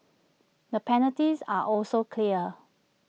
the penalties are also clear